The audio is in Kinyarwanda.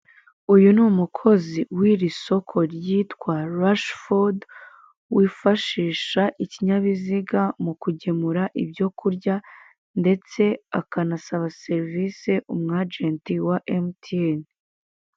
Uyu ni umukozi wiri soko ryitwa Rashifodi wifashisha ikinyabiziga mu kugemura ibyo kurya ndetse akanasaba serivise umwajeti wa mtn.